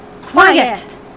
Quiet